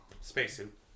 spacesuit